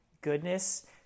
goodness